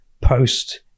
post